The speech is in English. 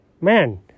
Man